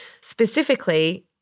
specifically